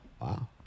Wow